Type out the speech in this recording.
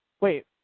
wait